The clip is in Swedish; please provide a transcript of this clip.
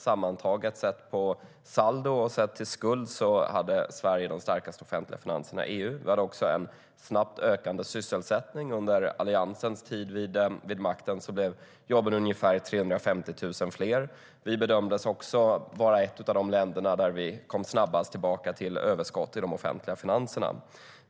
Sammantaget, sett till saldo och till skuld, hade Sverige de starkaste offentliga finanserna i EU. Vi hade också en snabbt ökande sysselsättning. Under Alliansens tid vid makten blev jobben ungefär 350 000 fler. Vi bedömdes också vara ett av de länder som snabbast kom tillbaka till ett överskott i de offentliga finanserna.